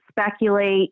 speculate